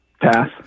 Pass